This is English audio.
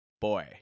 boy